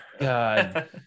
God